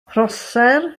prosser